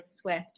swift